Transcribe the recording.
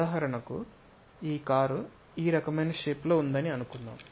ఉదాహరణకు ఈ కారు ఈ రకమైన షేప్ లో ఉందని అనుకుందాం